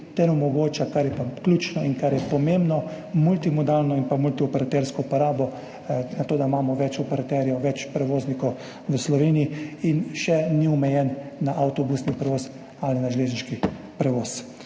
ter omogoča, kar je pa ključno in kar je pomembno, multimodalno in multioperatersko uporabo, glede na to, da imamo več operaterjev, več prevoznikov v Sloveniji, in še ni omejena na avtobusni prevoz ali na železniški prevoz.